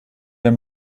der